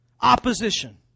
Opposition